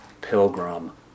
pilgrim